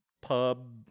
pub